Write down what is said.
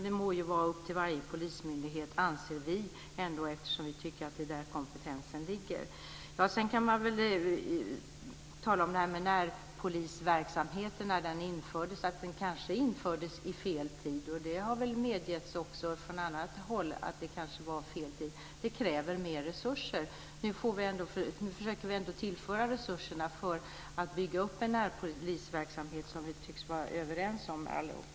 Det må vara upp till varje polismyndighet, anser vi, eftersom vi tycker att det är där kompetensen ligger. Sedan kan man visst säga att närpolisverksamheten kanske infördes vid fel tid. Det har väl medgetts också från andra håll. Den kräver mer resurser. Nu försöker vi tillföra resurserna för att bygga upp den närpolisverksamhet som vi tycks vara överens om allihop.